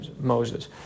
Moses